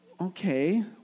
Okay